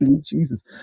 Jesus